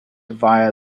via